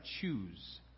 choose